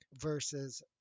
Versus